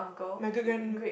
my great grand